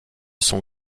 sont